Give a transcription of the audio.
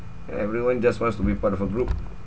everyone just wants to be part of a group